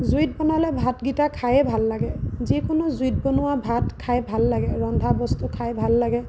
জুইত বনালে ভাতকেইটা খায়ে ভাল লাগে যিকোনো জুইত বনোৱা ভাত খাই ভাল লাগে ৰন্ধা বস্তু খাই ভাল লাগে